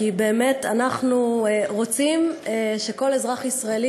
כי באמת אנחנו רוצים שכל אזרח ישראלי